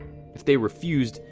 if they refused,